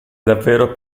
davvero